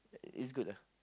it's good ah